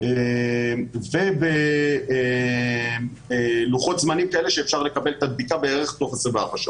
אבל בטח אי אפשר עוד הרבה,